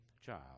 child